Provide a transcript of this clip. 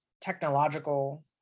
technological